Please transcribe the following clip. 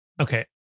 okay